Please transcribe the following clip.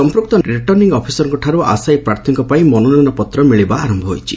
ସମ୍ପୁକ୍ତ ରିଟର୍ଣ୍ଣିଂ ଅଫିସରଙ୍କଠାରୁ ଆଶାୟୀ ପ୍ରାର୍ଥୀଙ୍କ ପାଇଁ ମନୋନୟନ ପତ୍ର ମିଳିବା ଆରମ୍ଭ ହୋଇଛି